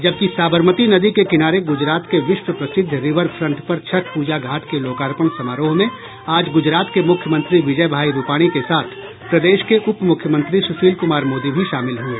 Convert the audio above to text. जबकि साबरमती नदी के किनारे गुजरात के विश्व प्रसिद्ध रिवरफ्रंट पर छठ प्रजा घाट के लोकार्पण समारोह में आज गुजरात के मुख्यमंत्री विजयभाई रूपाणी के साथ प्रदेश के उपमुख्यमंत्री सुशील कुमार मोदी भी शामिल हये